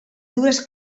dures